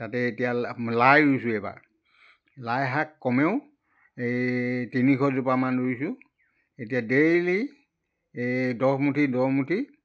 তাতে এতিয়া মা লাই ৰুইছোঁ এইবাৰ লাই শাক কমেও এই তিনিশ জোপামান ৰুইছোঁ এতিয়া ডেইলি এই দহমুঠি দহমুঠি